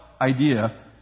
idea